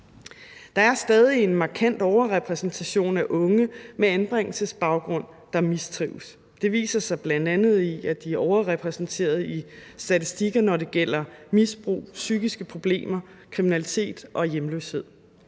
Der er stadig en markant overrepræsentation af unge med anbringelsesbaggrund, der mistrives. Det viser sig bl.a. i, at de er overrepræsenteret i statistikker, når det gælder misbrug, psykiske problemer, kriminalitet og hjemløshed.